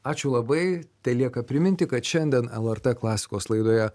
ačiū labai telieka priminti kad šiandien lrt klasikos laidoje